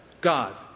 God